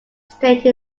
state